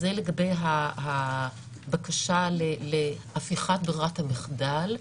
זה לגבי הבקשה להפיכת ברירת המחדל.